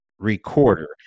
recorder